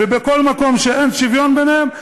ובכל מקום שאין שוויון ביניהם,